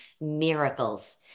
miracles